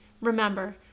Remember